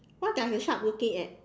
what does the shark looking at